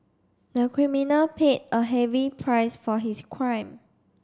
the criminal paid a heavy price for his crime